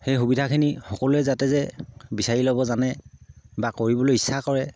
সেই সুবিধাখিনি সকলোৱে যাতে যে বিচাৰি ল'ব জানে বা কৰিবলৈ ইচ্ছা কৰে